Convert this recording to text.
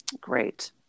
Great